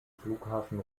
flughafen